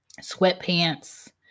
sweatpants